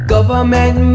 Government